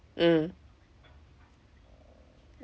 mm